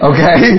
Okay